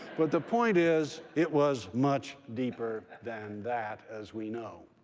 but the point is it was much deeper than that, as we know.